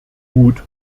mut